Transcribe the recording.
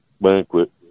banquet